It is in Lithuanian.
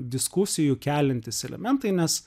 diskusijų keliantys elementai nes